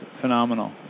phenomenal